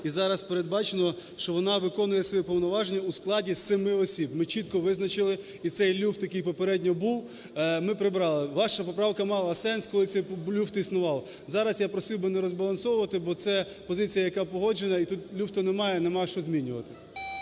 і зараз передбачено, що вона виконує свої повноваження у складі семи осіб. Ми чітко визначили, і цей люфт, який попередньо був, ми прибрали. Ваша поправка мала сенс, коли цей люфт існував. Зараз я просив би не розбалансовувати, бо це позиція, яка погоджена, і тут люфту немає, нема що змінювати.